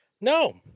No